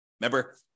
Remember